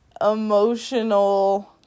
emotional